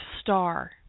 Star